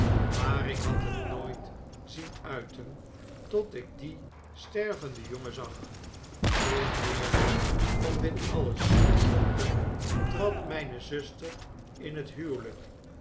maar ik had het nooit zien uiten tot ik dien stervenden jongen zag b in weerwil van dit alles dokter trad mijne zuster in het huwelijk